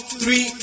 three